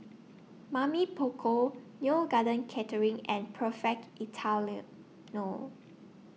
Mamy Poko Neo Garden Catering and Perfect Italiano